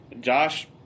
Josh